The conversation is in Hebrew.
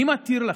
מי מתיר לכם,